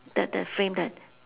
the the frame that